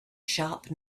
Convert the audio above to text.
sharp